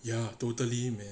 ya totally man